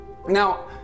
Now